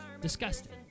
Disgusting